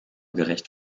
gerecht